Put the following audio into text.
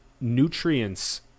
nutrients